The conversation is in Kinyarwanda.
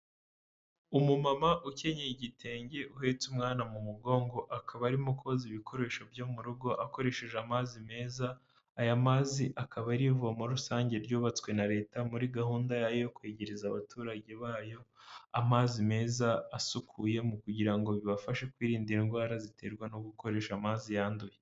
Umumama ukennyeye igitenge uhetse umwana mu mugongo akaba arimo koza ibikoresho byo mu rugo akoresheje amazi meza aya mazi akaba ari ivomo rusange ryubatswe na leta muri gahunda yayo yo kwegereza abaturage bayo amazi meza asukuyemo kugira ngo bibafashe kwirinda indwara ziterwa no gukoresha amazi yanduye.